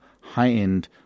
high-end